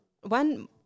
one